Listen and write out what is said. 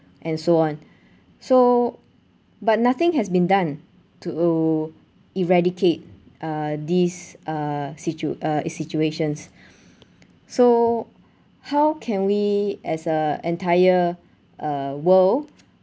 and so on so but nothing has been done to eradicate uh these uh situ~ uh situations so how can we as a entire uh world